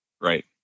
right